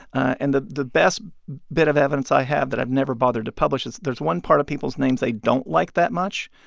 and the the best bit of evidence i have that i've never bothered to publish is there's one part of people's names they don't like that much,